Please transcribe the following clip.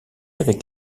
avec